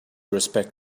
respect